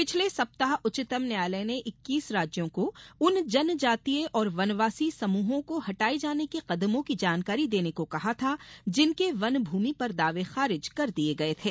पिछले सप्ताह उच्चतम न्यायालय ने इक्कीस राज्यों को उन जनजातीय और वनवासी समूहों को हटाए जाने के कदमों की जानकारी देने को कहा था जिनके वन भूमि पर दावे खारिज़ कर दिए गये थे